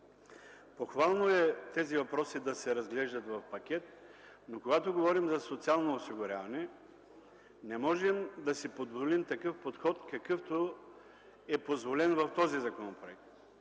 Похвално е тези въпроси да се разглеждат в пакет, но когато говорим за социално осигуряване не можем да си позволим такъв подход, какъвто е позволен в този законопроект.